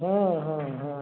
हॅं हॅं हॅं